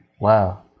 Wow